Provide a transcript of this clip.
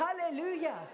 Hallelujah